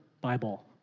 Bible